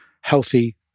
healthy